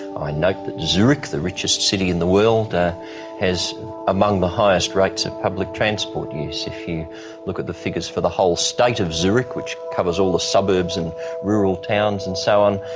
i note that zurich, the richest city in the world, ah has among the highest rates of public transport use. if you look at the figures for the whole state of zurich, which covers all the suburbs and rural towns and so on,